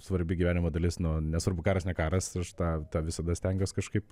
svarbi gyvenimo dalis nu nesvarbu karas ne karas ir aš tą tą visada stengiuos kažkaip